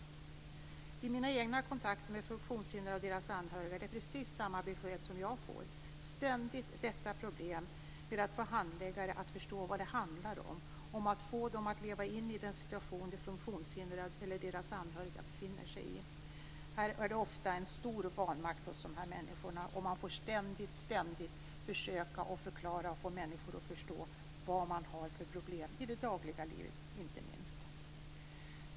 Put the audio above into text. Vid mina egna kontakter med funktionshindrade och deras anhöriga är det precis samma besked jag får: ständigt detta problem med att få handläggare att förstå vad det handlar om, att få dem att leva sig in i den situation de funktionshindrade eller deras anhöriga befinner sig i. Dessa människor känner ofta stor vanmakt. De får ständigt förklara för att få andra att förstå vilka problem de har, inte minst i det dagliga livet.